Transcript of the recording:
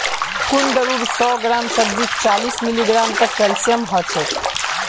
कुंदरूर सौ ग्राम सब्जीत चालीस मिलीग्राम तक कैल्शियम ह छेक